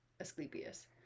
Asclepius